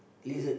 lizard